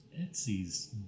Etsy's